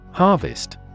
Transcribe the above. Harvest